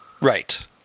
Right